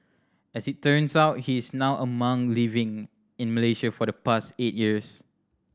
as it turns out he is now a monk living in Malaysia for the past eight years